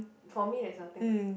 for me there's nothing